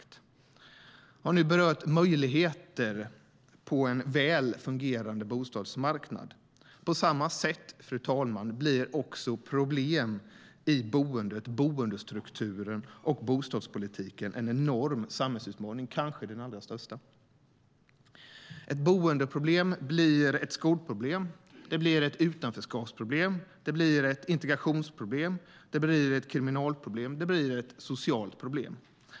Jag har nu berört möjligheter på en väl fungerande bostadsmarknad. På samma sätt blir också problem i boendet, boendestrukturen och bostadspolitiken en enorm samhällsutmaning, kanske den allra största. Ett boendeproblem blir ett skolproblem, ett utanförskapsproblem, ett integrationsproblem, ett kriminalproblem och ett socialt problem.